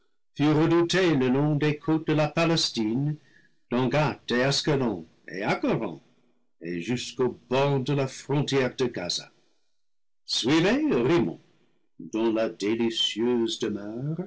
le long des côtes de la palestine dans gath et ascalon et accaron et jusqu'aux bornes de la frontière de gaza suivait rimmon dont la délicieuse demeure